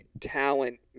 talent